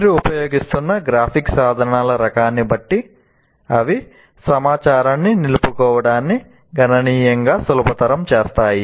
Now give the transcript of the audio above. మీరు ఉపయోగిస్తున్న గ్రాఫిక్ సాధనాల రకాన్ని బట్టి అవి సమాచారాన్ని నిలుపుకోవడాన్ని గణనీయంగా సులభతరం చేస్తాయి